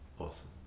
awesome